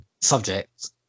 subject